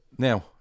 Now